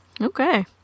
Okay